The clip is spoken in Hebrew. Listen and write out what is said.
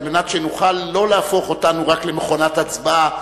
על מנת שנוכל לא להפוך אותנו רק למכונת הצבעה,